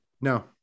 No